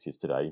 today